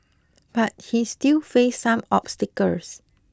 but he still faced some obstacles